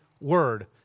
word